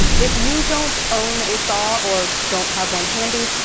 if you don't own a saw or don't have one handy,